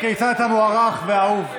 כיצד אתה מוערך ואהוב.